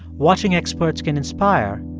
watching experts can inspire.